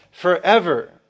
forever